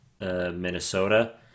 Minnesota